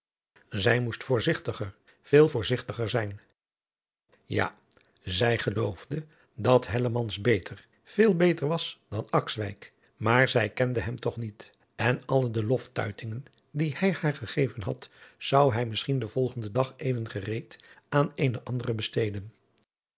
zij moest voorzigtiger veel voorzigtiger zijn ja zij geloofde dat hellemans beter veel beter was dan adriaan loosjes pzn het leven van hillegonda buisman akswijk maar zij kende hem toch niet en alle de loftuitingen die hij haar gegeven had zou hij misschien den volgenden dag even gereed aan eene andere besteden